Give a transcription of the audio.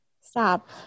stop